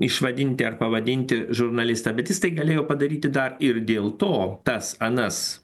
išvadinti ar pavadinti žurnalistą bet jis tai galėjo padaryti dar ir dėl to tas anas